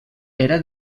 era